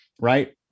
Right